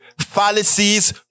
fallacies